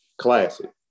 classic